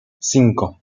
cinco